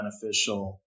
beneficial